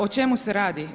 O čemu se radi?